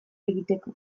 egiteko